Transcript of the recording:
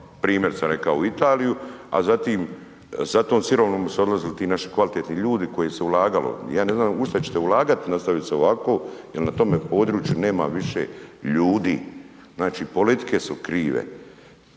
primjer sam rekao u Italiju, a zatim za tom sirovinom su odlazili ti naši kvalitetni ljudi u koje se ulagalo, ja ne znam u šta ćete ulagat nastavi li se ovako jel na tome području nema više ljudi, znači politike su krive.